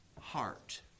heart